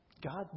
God